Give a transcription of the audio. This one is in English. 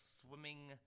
swimming